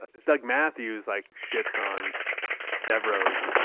ah doug mathews, like, shits on devereaux's,